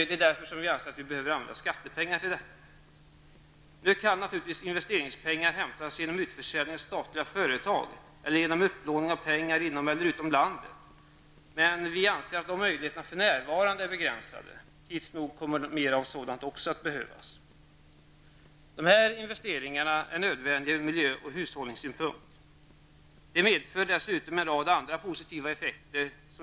Det är därför vi anser att vi behöver använda skattepengar till detta. Nu kan naturligtvis investeringspengar hämtas genom utförsäljning av statliga företag eller genom upplåning av pengar inom eller utom landet, men vi anser att de möjligheterna för närvarande är begränsade. Tids nog kommer sådant också att behövas. De här investeringarna är nödvändiga ur miljö och hushållningssynpunkt. De medför dessutom en rad andra positiva effekter.